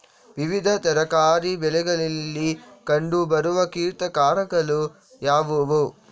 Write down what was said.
ವಿವಿಧ ತರಕಾರಿ ಬೆಳೆಗಳಲ್ಲಿ ಕಂಡು ಬರುವ ಕೀಟಕಾರಕಗಳು ಯಾವುವು?